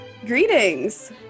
Greetings